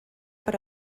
per